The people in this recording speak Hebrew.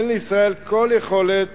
אין לישראל כל יכולת